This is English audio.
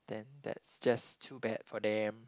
then that's just too bad for them